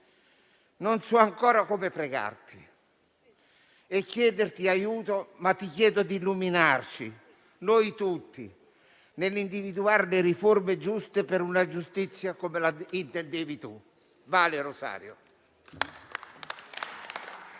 non so ancora come pregarti e chiederti aiuto, ma ti chiedo di illuminare noi tutti nell'individuare le riforme giuste per una giustizia come la intendevi tu. *Vale* Rosario.